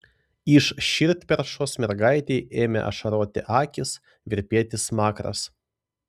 iš širdperšos mergaitei ėmė ašaroti akys virpėti smakras